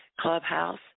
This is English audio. Clubhouse